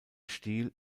stil